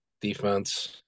defense